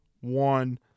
one